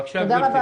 בבקשה, גברתי.